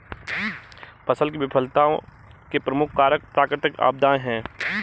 फसल की विफलता के प्रमुख कारक प्राकृतिक आपदाएं हैं